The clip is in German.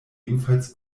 ebenfalls